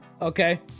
Okay